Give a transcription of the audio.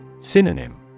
Synonym